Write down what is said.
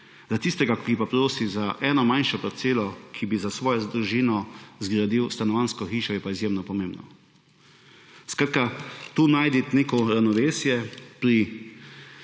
Za tistega, ki pa prosi za eno manjšo parcelo, da bi za svojo družino zgradil stanovanjsko hišo, je pa izjemno pomembno. Skratka, tu najti neko ravnovesje pri